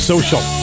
Social